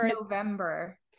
November